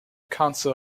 council